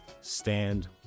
stand